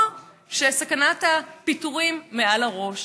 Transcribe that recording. או שסכנת הפיטורים היא מעל לראש.